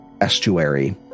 estuary